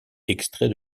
extraits